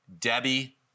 Debbie